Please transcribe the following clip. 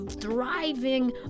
thriving